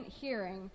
hearing